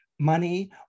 Money